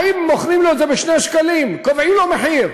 באים ומוכרים לו את זה ב-2 שקלים, קובעים לו מחיר.